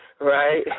Right